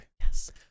Yes